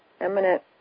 eminent